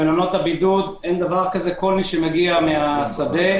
כל מי שמגיע מהשדה